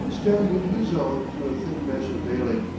staring into his own through a thin mesh of veiling,